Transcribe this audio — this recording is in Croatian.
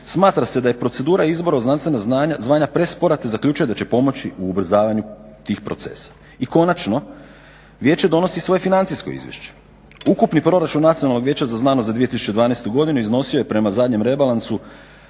Smatra se da je procedura izbora u znanstvena zvanja prespora, te zaključuje da će pomoći u ubrzavanju tih procesa. I konačno, Vijeće donosi svoje financijsko izvješće. Ukupni proračun Nacionalnog vijeća za znanost za 2012. godinu iznosio je prema zadnjem rebalansu